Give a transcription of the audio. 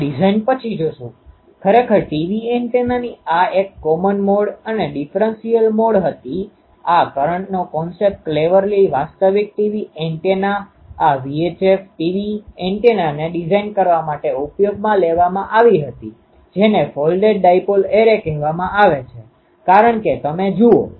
આપણે ડિઝાઇન પછી જોશું ખરેખર ટીવી એન્ટેનાની આ કોમન મોડ અને ડીફરન્સીઅલ મોડ હતી આ કરંટનો કોન્સેપ્ટConceptખ્યાલ કલેવરલી વાસ્તવિક ટીવી એન્ટેના આ VHF ટીવી એન્ટેનાને ડિઝાઇન કરવા માટે ઉપયોગમાં લેવામાં આવી હતી જેને ફોલ્ડેડ ડાઇપોલ એરે કહેવામાં આવે છે કારણ કે તમે જુઓ